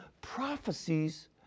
prophecies